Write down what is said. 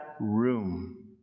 room